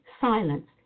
silence